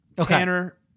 Tanner